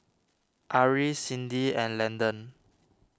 Ari Cindy and Landon